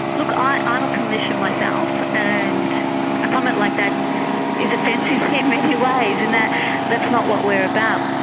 look, i'm a clinician myself and a comment like that is offensive in many ways in that that's not what we are about.